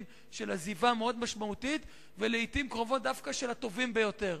של עזיבה משמעותית מאוד ולעתים קרובות דווקא של הטובים ביותר.